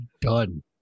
Done